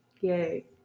yay